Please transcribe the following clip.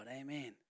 Amen